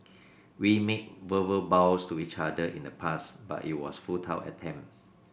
we made verbal vows to each other in the past but it was futile attempt